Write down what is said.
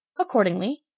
Accordingly